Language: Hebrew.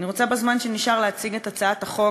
אני רוצה בזמן שנשאר להציג את הצעת החוק,